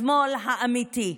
לשמאל האמיתי.